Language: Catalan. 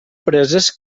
preses